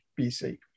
BC